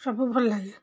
ସବୁ ଭଲଲାଗେ